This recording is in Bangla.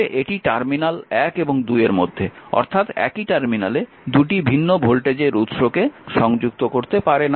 তবে এটি টার্মিনাল 1 এবং 2 এর মধ্যে অর্থাৎ একই টার্মিনালে 2টি ভিন্ন ভোল্টেজের উৎসকে সংযুক্ত করতে পারে না